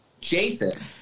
Jason